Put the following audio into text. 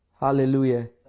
Hallelujah